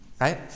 right